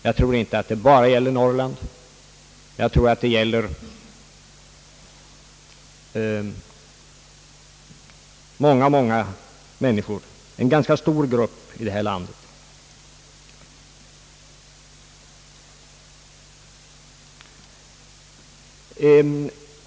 Jag tror att det gäller många, många människor, en ganska stor grupp i detta land.